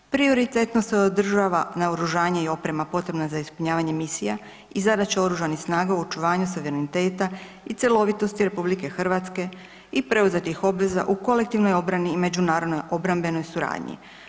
Prioritetno se održava naoružanje i oprema potrebna za ispunjavanje misija i zadaća Oružanih snaga u očuvanju suvereniteta i cjelovitosti RH i preuzetih obveza u kolektivnoj obrani i međunarodnoj obrambenoj suradnji.